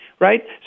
right